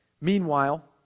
meanwhile